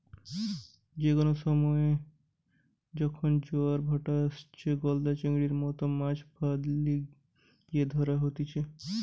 যে কোনো সময়ে যখন জোয়ারের ভাঁটা আইসে, গলদা চিংড়ির মতো মাছ ফাঁদ লিয়ে ধরা হতিছে